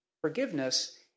Forgiveness